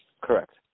Correct